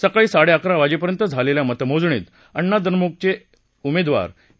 सकाळी साडेअकरा वाजेपर्यंत झालेल्या मतमोजणीत अण्णा द्रमुकचे उमेदवार ए